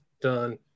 done